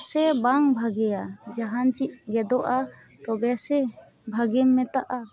ᱥᱮ ᱵᱟᱝ ᱵᱷᱟᱹᱜᱤᱭᱟ ᱡᱟᱦᱟᱱ ᱪᱮᱫ ᱜᱮᱫᱚᱜᱼᱟ ᱛᱚᱵᱮ ᱥᱮ ᱵᱷᱟᱹᱜᱤᱢ ᱢᱮᱛᱟᱜᱼᱟ